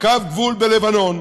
קו גבול בלבנון,